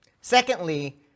Secondly